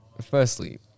firstly